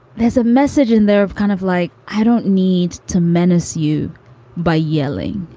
there's a message in there of kind of like, i don't need to menace you by yelling